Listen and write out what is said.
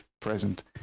present